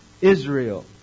Israel